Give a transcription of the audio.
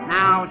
Now